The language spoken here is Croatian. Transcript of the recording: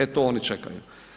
E, to oni čekaju.